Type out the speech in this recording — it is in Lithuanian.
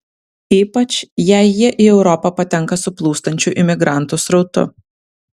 ypač jei jie į europą patenka su plūstančiu imigrantų srautu